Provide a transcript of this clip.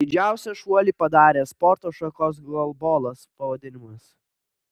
didžiausią šuolį padarė sporto šakos golbolas pavadinimas